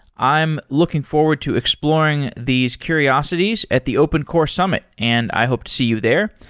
i am looking forward to exploring these curiosities at the open core summit, and i hope to see you there.